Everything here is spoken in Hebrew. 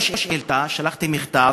לא שאילתה, שלחתי מכתב.